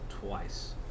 twice